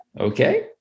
Okay